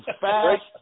fast